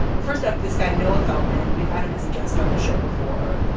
first up, this guy, noah feldman, we've had him as a guest on the show before.